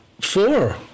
Four